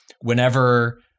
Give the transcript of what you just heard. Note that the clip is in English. whenever